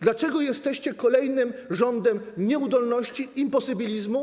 Dlaczego jesteście kolejnym rządem nieudolności, imposibilizmu.